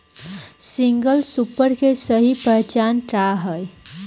Single super के सही पहचान का हई?